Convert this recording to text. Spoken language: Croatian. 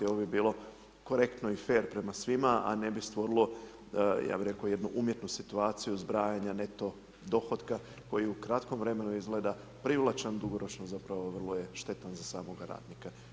Ovo bi bilo korektno i fer prema svima a ne bi stvorilo jednu ja bi rekao jednu umjetnu situaciju zbrajanja neto dohotka koji u kratkom vremenu izgleda privlačan, dugoročan je zapravo vrlo je štetan za samoga radnika.